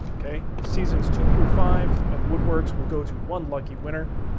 okay, seasons two through five of woodworks will go to one lucky winner,